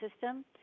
system